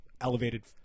elevated